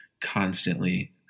constantly